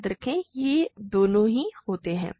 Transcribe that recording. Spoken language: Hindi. याद रखें ये दोनों ही होते हैं